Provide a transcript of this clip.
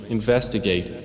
investigate